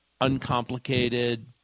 uncomplicated